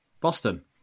Boston